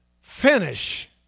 finish